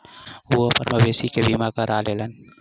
ओ अपन मवेशी के बीमा करा लेलैन